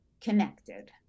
connected